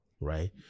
right